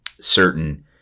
certain